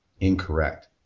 incorrect